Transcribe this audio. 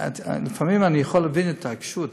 לפעמים אני יכול להבין את העיקשות.